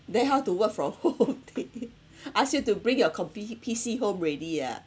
then how to work from home they ask you to bring your compi~ P_C home already ah